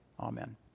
Amen